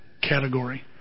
category